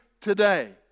today